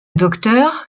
docteur